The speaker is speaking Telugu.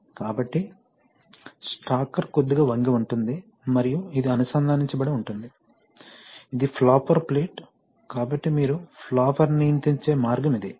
కాబట్టి స్టాకర్ కొద్దిగా వంగి ఉంటుంది మరియు ఇది అనుసంధానించబడి ఉంటుంది ఇది ఫ్లాపర్ ప్లేట్ కాబట్టి మీరు ఫ్లాపర్ను నియంత్రించే మార్గం ఇది